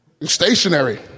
stationary